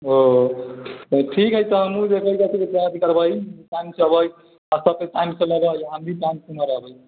ओ ठीक है तऽ हमहुँ जे कैह रहल छी कोनो दिक्कत नै टाइम से एबै आ सभके टाइम से लकऽ और हम भी टाइम से वहाँ रहबै